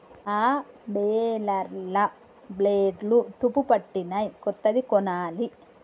ఆ బేలర్ల బ్లేడ్లు తుప్పుపట్టినయ్, కొత్తది కొనాలి